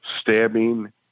stabbing